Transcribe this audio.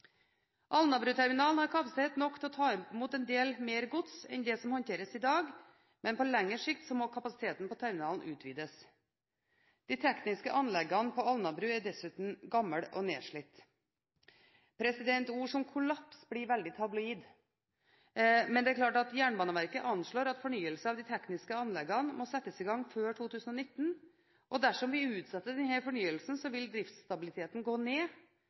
Alnabruterminalen har kapasitet nok til å ta imot en del mer gods enn det som håndteres i dag, men på lengre sikt må kapasiteten på terminalen utvides. De tekniske anleggene på Alnabru er dessuten gamle og nedslitte. Ord som «kollaps» blir veldig tabloid. Men det er klart at Jernbaneverket anslår at fornyelse av de tekniske anleggene må settes i gang før 2019. Dersom vi utsetter denne fornyelsen, vil driftsstabiliteten gå ned.